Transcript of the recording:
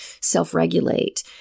self-regulate